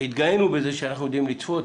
התגאינו בזה שאנחנו יודעים לצפות,